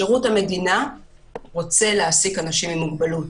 שירות המדינה רוצה להעסיק אנשים עם מוגבלות.